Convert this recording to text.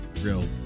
real